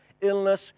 illness